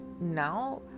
now